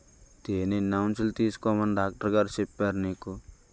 తేనె ఎన్ని ఔన్సులు తీసుకోమని డాక్టరుగారు చెప్పారు నీకు